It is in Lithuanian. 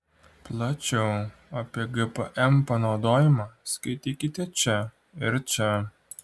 plačiau apie gpm panaudojimą skaitykite čia ir čia